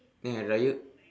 then hari-raya